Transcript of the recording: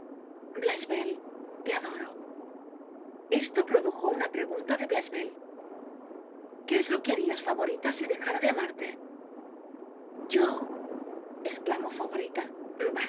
decia blachevelle te adoro esto produjo una pregunta de blachevelle qué es lo que harias favorita si dejara de amarte yol esclamó favorita